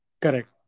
correct